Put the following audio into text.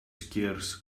scarce